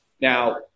Now